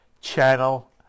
channel